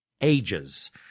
ages